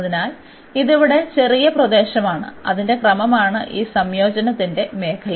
അതിനാൽ ഇത് ഇവിടെ ചെറിയ പ്രദേശമാണ് അതിന്റെ ക്രമമാണ് ഈ സംയോജനത്തിന്റെ മേഖല